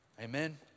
Amen